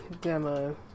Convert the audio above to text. Demo